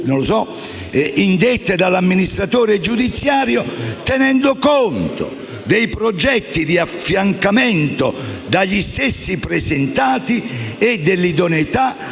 indette dall'amministratore giudiziario, tenendo conto dei progetti di affiancamento dagli stessi presentati e dell'idoneità